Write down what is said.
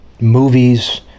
movies